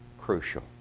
crucial